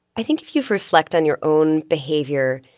i think if you reflect on your own behavior,